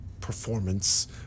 performance